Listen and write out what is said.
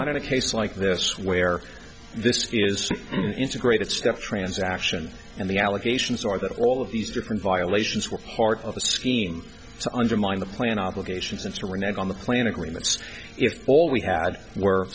not in a case like this where this is an integrated step transaction and the allegations are that all of these different violations were part of the scheme to undermine the plan obligations and were not on the plan agreements if all we had were